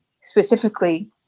specifically